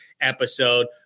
episode